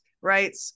right